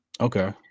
Okay